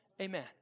Amen